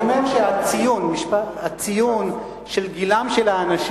אני אומר שהציון של גילם של האנשים